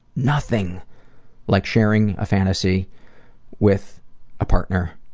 nothing like sharing a fantasy with a partner